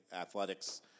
athletics